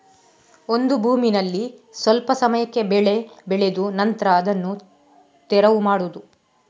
ಒಂದು ಭೂಮಿನಲ್ಲಿ ಸ್ವಲ್ಪ ಸಮಯಕ್ಕೆ ಬೆಳೆ ಬೆಳೆದು ನಂತ್ರ ಅದನ್ನ ತೆರವು ಮಾಡುದು